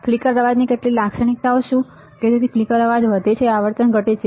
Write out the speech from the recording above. flicker અવાજની કેટલીક લાક્ષણિકતાઓ શું છે કે તેથી ફ્લિકર અવાજ વધે છે આવર્તન ઘટે છે